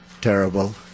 terrible